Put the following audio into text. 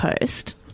post